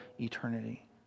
eternity